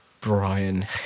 Brian